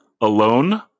Alone